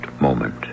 moment